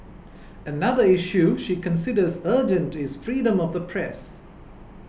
another issue she considers urgent is freedom of the press